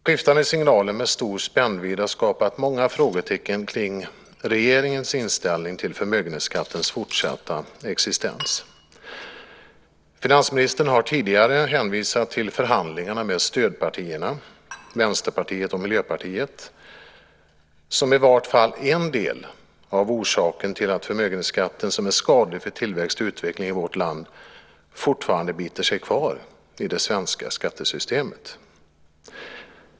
Skiftande signaler med stor spännvidd har skapat många frågetecken kring regeringens inställning till förmögenhetsskattens fortsatta existens. Finansministern har tidigare hänvisat till förhandlingarna med stödpartierna Vänsterpartiet och Miljöpartiet som i varje fall en del av orsaken till att förmögenhetsskatten, som är skadlig för tillväxt och utveckling i vårt land, fortfarande biter sig kvar i det svenska skattesystemet.